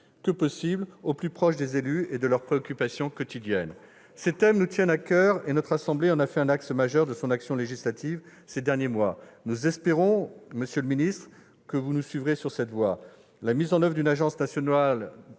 que possible, au plus proche des élus et de leurs préoccupations quotidiennes. Ces thèmes nous tiennent à coeur et notre assemblée en a fait un axe majeur de son action législative ces derniers mois. Nous espérons, monsieur le ministre, que vous nous suivrez sur cette voie. La mise en oeuvre d'une agence nationale